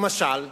למשל,